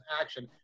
action